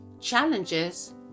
Challenges